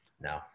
no